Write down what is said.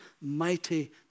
mighty